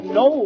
no